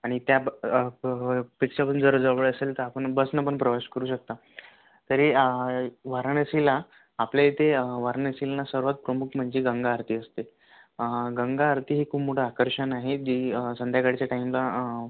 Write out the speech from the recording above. आणि cab fix करून जर जवळ असेल तर आपण बसनं पण प्रवास करू शकता तरी वाराणसीला आपल्या इथे वाराणसील ना सर्वात प्रमुख म्हणजे गंगा आरती असते गंगा आरती हे खूप मोठं आकर्षण आहे डी संध्याकाळच्या टाईमला